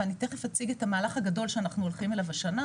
ואני תיכף אציג את המהלך הגדול שאנחנו הולכים אליו השנה,